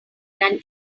than